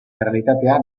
errealitatea